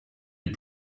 est